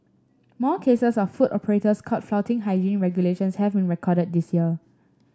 more cases of food operators caught flouting hygiene regulations have been recorded this year